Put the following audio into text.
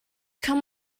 come